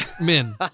men